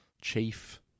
Chief